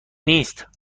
نیست